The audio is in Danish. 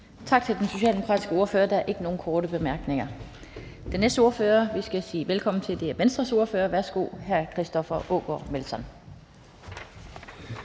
Tak til den socialdemokratiske ordfører. Der er ikke nogen korte bemærkninger. Den næste ordfører, vi skal sige velkommen til, er Venstres ordfører. Værsgo til hr. Christoffer Aagaard Melson.